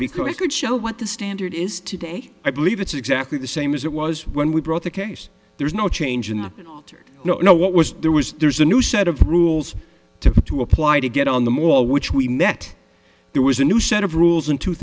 because it could show what the standard is today i believe it's exactly the same as it was when we brought the case there's no change in the you know what was there was there's a new set of rules to to apply to get on the more which we met there was a new set of rules in two